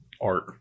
art